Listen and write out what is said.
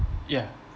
ya